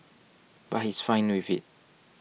but he's fine with it